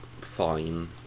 fine